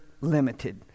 limited